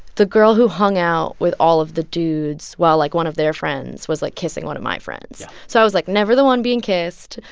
the girl who hung out with all of the dudes while, like, one of their friends was, like, kissing one of my friends so i was, like, never the one being kissed.